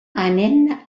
anem